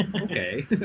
okay